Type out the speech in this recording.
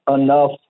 enough